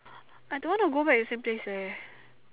I don't want to go back the same place leh